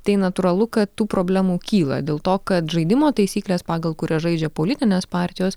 tai natūralu kad tų problemų kyla dėl to kad žaidimo taisyklės pagal kurias žaidžia politinės partijos